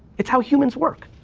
it's how humans work.